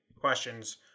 questions